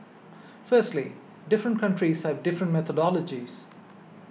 firstly different countries have different methodologies